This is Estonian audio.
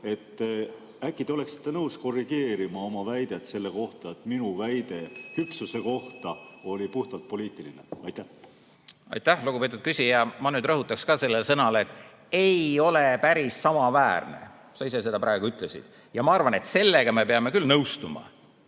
ka: äkki te oleksite nõus korrigeerima oma väidet selle kohta, et minu väide küpsuse kohta oli puhtalt poliitiline? Aitäh, lugupeetud küsija! Ma nüüd rõhutaks ka seda, et ei ole päris samaväärne. Sa ise seda praegu ütlesid. Ma arvan, et sellega me peame küll nõustuma,